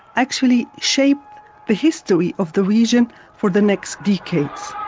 actually shaped the history of the region for the next decades.